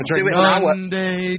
Monday